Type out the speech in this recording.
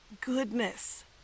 goodness